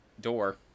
door